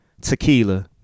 tequila